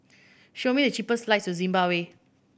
show me the cheapest to Zimbabwe